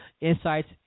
insights